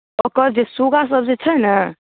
ओकर जे सुग्गासब जे छै ने